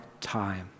time